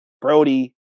Brody